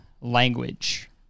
language